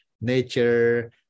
nature